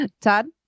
Todd